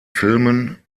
filmen